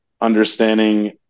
understanding